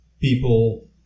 people